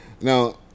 Now